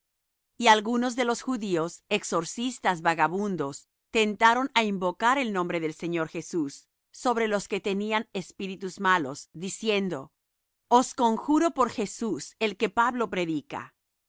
y algunos de los judíos exorcistas vagabundos tentaron á invocar el nombre del señor jesús sobre los que tenían espíritus malos diciendo os conjuro por jesús el que pablo predica